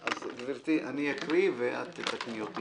אני קורא: